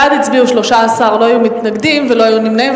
בעד הצביעו 13, לא היו מתנגדים ולא היו נמנעים.